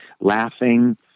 laughing